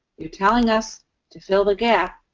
you're telling us to fill the gap.